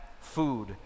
food